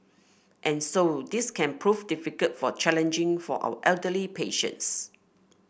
and so this can prove difficult for challenging for our elderly patients